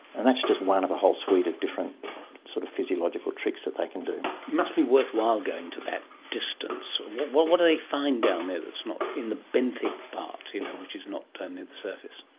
and that's just one of a whole suite of different sort of physiological tricks that they can do. it must be worthwhile going to that distance. what what do they find down there that's not in the benthic part you know which is not ah near the surface?